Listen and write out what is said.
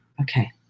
Okay